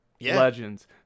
Legends